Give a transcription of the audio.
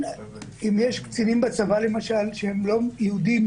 שאם יש קצינים בצבא שהם לא יהודים,